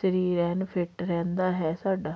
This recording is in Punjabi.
ਸਰੀਰ ਐਨ ਫਿੱਟ ਰਹਿੰਦਾ ਹੈ ਸਾਡਾ